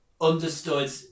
understood